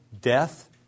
death